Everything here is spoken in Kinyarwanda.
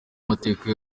amateka